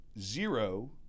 zero